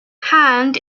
hand